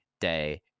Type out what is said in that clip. day